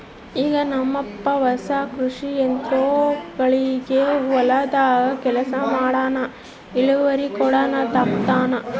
ಈಗ ನಮ್ಮಪ್ಪ ಹೊಸ ಕೃಷಿ ಯಂತ್ರೋಗಳಿಂದ ಹೊಲದಾಗ ಕೆಲಸ ಮಾಡ್ತನಾ, ಇಳಿವರಿ ಕೂಡ ತಂಗತಾನ